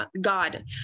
God